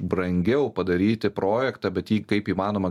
brangiau padaryti projektą bet jį kaip įmanoma